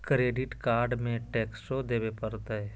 Credit card में टेक्सो देवे परते?